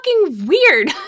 weird